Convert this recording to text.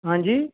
ہاں جی